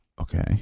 Okay